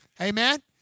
Amen